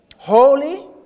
Holy